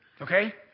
Okay